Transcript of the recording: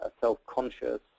self-conscious